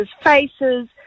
faces